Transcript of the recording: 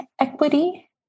equity